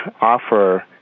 offer